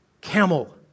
camel